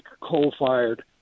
coal-fired